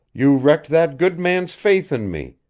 you wrecked that good man's faith in me,